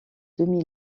demi